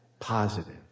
positive